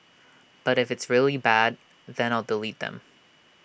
but if it's really very bad then I'll delete them